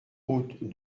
route